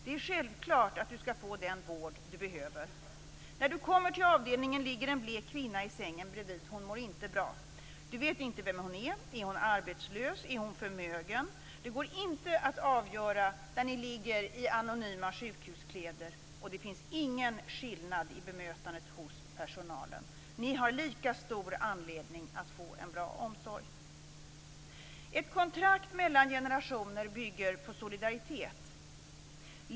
Det är självklart att du skall få den vård du behöver. När du kommer till avdelningen ligger en blek kvinna i sängen bredvid. Hon mår inte bra. Du vet inte vem hon är, om hon är arbetslös eller om hon är förmögen. Det går inte att avgöra där ni ligger i anonyma sjukhuskläder, och det finns ingen skillnad i bemötandet hos personalen. Ni har lika stor anledning att få en bra omsorg. Ett kontrakt mellan generationer bygger på solidaritet.